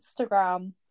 Instagram